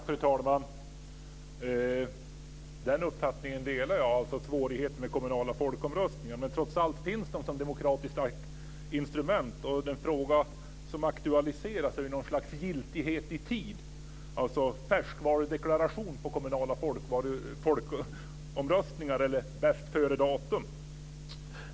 Fru talman! Den uppfattningen delar jag. Det finns svårigheter med kommunala folkomröstningar. Men trots allt finns de som demokratiskt instrument. Den fråga som aktualiseras rör något slags giltighet i tid - en färskvarudeklaration eller ett bäst-före-datum på kommunala folkomröstningar.